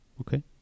Okay